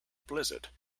blizzard